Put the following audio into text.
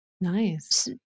Nice